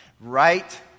right